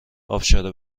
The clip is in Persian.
ابشار